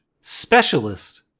specialist